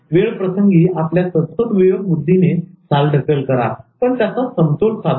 वेळप्रसंगी आपल्या सद्सद्विवेक बुद्धीने चालढकल करा पण त्याचा समतोल साधा